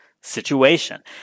situation